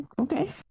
Okay